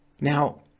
Now